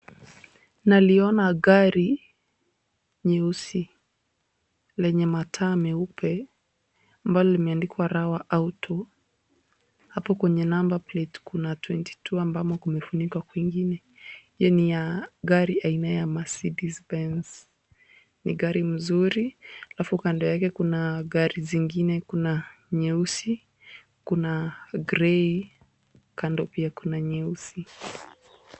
Naliona gari nyeusi lenye mataa meupe ambalo limeandikwa Rawa Auto. Hapo kwenye number plate kuna twenty two ambamo kumefunikwa kwingine yenye ni ya gari aina ya Mercedes Benz. Ni gari mzuri halafu kando yake kuna gari zingine, kuna nyeusi, kuna grey . Kando pia kuna nyeusi.